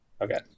Okay